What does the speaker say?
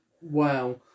wow